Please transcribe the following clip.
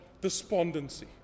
despondency